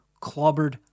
clobbered